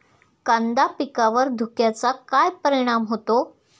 कांदा पिकावर धुक्याचा काय परिणाम होतो?